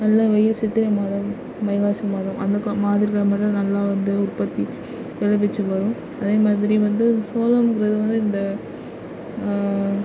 நல்ல வெயில் சித்திரை மாதம் வைகாசி மாதம் அந்த மாதிரி மாதங்களில் நல்லா வந்து உற்பத்தி மிதமிஞ்சி வரும் அதே மாதிரி வந்து சோளங்குறது வந்து இந்த